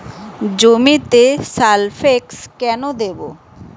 জমিতে সালফেক্স কেন দেবো?